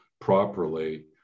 properly